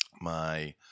my-